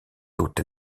doute